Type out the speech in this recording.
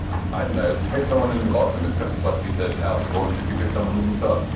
i don't know. pick someone in the bottom. it's just it's likely that outperformance if you pick someone in the top.